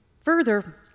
Further